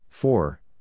Four